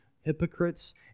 hypocrites